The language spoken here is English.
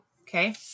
Okay